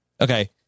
Okay